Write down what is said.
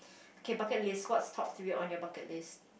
okay bucket list what's top three on your bucket list